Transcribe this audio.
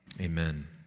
Amen